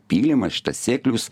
pylimas šitas sėklius